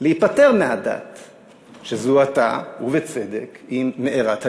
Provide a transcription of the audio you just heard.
להיפטר מהדת שזוהתה, ובצדק, עם מארת הגלות.